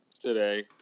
today